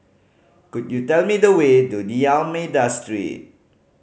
could you tell me the way to D'Almeida Street